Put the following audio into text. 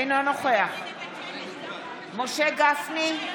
אינו נוכח משה גפני,